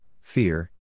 fear